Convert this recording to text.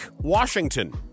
Washington